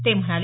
ते म्हणाले